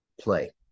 play